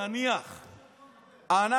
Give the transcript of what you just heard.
נניח אנחנו,